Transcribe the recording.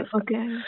Okay